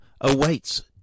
awaits